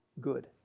good